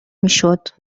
میشد